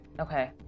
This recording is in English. Okay